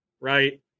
right